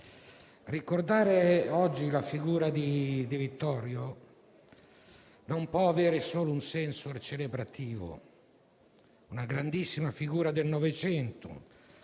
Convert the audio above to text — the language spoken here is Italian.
ricordare oggi la figura di Di Vittorio non può avere solo un senso celebrativo. Si tratta di una grandissima figura del Novecento,